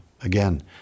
again